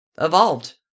evolved